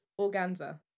Organza